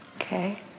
Okay